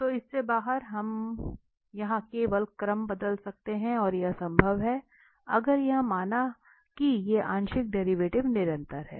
तो इससे बाहर हम यहां केवल क्रम बदल सकते हैं और यह संभव है अगर यह माना कि ये आंशिक डेरिवेटिव निरंतर हैं